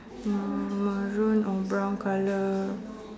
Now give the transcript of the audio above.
maroon or brown colour